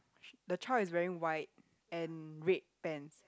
the child is wearing white and red pants